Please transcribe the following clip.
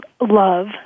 love